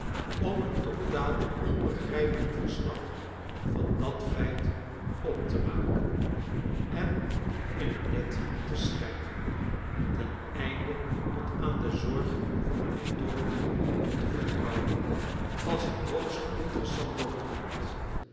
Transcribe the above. om een totaal onbegrijpelijk verslag van dat feit op te maken en in het net te schrijven teneinde het aan de zorg van mrjnheer dorrit toe te vertrouwen als een hoogst interessant document